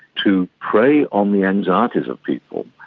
to prey on the anxieties of people.